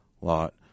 lot